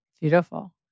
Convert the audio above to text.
Beautiful